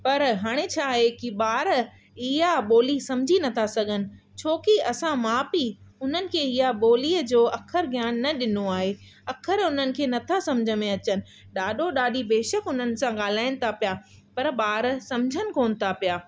पर हाणे छा आहे की ॿार इहा ॿोली सम्झी नथा सघनि छोकी असां माउ पीउ उन्हनि खे इहा ॿोलीअ जो अखर ज्ञान न ॾिनो आहे अखर उन्हनि खे नथा सम्झ में अचनि ॾाॾो ॾाॾी बेशकि उन्हनि सां ॻाल्हाइनि था पिया पर ॿार सम्झनि कोन था पिया